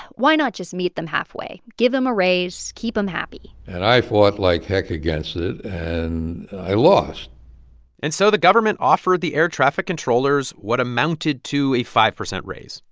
why not just meet them halfway? give them a raise. keep them happy and i fought like heck against it, and i lost and so the government offered the air traffic controllers what amounted to a five percent raise,